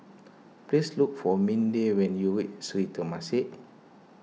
please look for Minda when you reach Sri Temasek